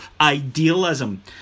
idealism